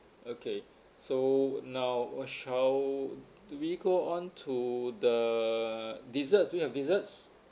okay so now what shall do we go on to the desserts do you have desserts